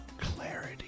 clarity